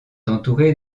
entourée